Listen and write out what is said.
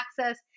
access